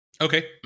Okay